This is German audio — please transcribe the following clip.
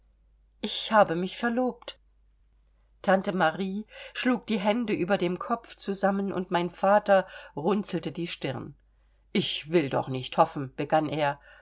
ich habe mich verlobt tante marie schlug die hände über dem kopf zusammen und mein vater runzelte die stirn ich will doch nicht hoffen begann er